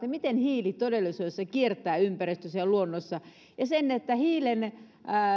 ja miten hiili todellisuudessa kiertää ympäristössä ja luonnossa ja siitä että hiilen